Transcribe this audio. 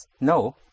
No